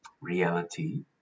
Reality